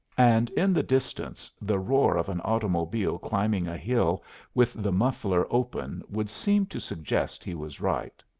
and in the distance the roar of an automobile climbing a hill with the muffler open would seem to suggest he was right.